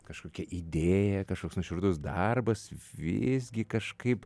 kažkokia idėja kažkoks nuoširdus darbas visgi kažkaip